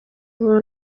ubu